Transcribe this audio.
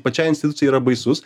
pačiai institucijai yra baisus